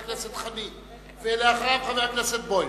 חבר הכנסת חנין, ואחריו, חבר הכנסת בוים.